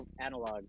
analog